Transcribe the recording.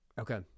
Okay